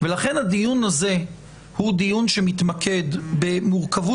ולכן הדיון הזה הוא דיון שמתמקד במורכבות